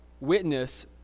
witness